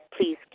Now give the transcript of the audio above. Please